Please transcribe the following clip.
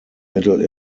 middle